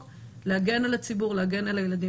היא להגן על הציבור ולהגן על הילדים,